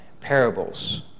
parables